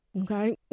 okay